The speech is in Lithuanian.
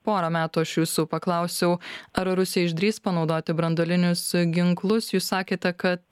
pora metų aš jūsų paklausiau ar rusija išdrįs panaudoti branduolinius ginklus jūs sakėte kad